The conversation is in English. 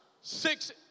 six